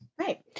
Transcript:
Right